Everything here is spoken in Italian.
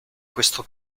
questo